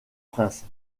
princes